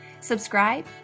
subscribe